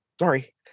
sorry